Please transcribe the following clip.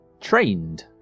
trained